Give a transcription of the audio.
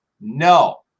no